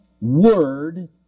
word